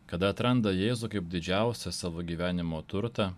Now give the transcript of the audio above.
kada atranda jėzų kaip didžiausią savo gyvenimo turtą